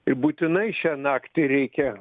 ir būtinai šią naktį reikia